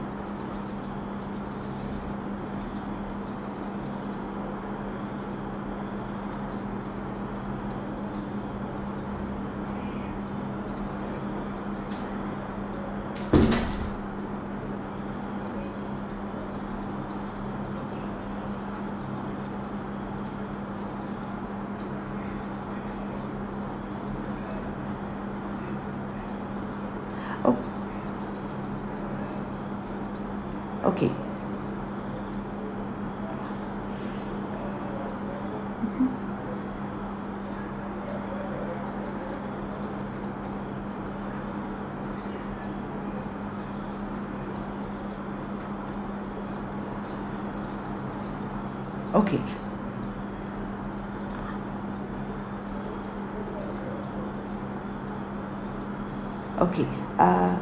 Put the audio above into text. o~ okay mmhmm okay okay uh